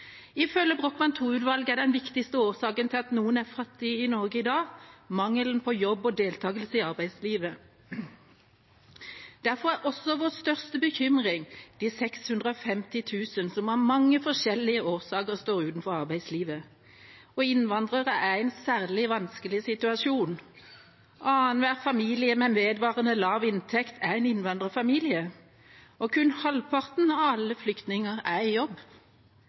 Ifølge Brochmann II-utvalget er den viktigste årsaken til at noen er fattige i Norge i dag, mangelen på jobb og deltakelse i arbeidslivet. Derfor er også vår største bekymring de 650 000 som av mange forskjellige årsaker står utenfor arbeidslivet. Innvandrere er i en særlig vanskelig situasjon. Annenhver familie med vedvarende lav inntekt er en innvandrerfamilie, og kun halvparten av alle flyktninger er i jobb.